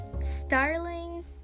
starling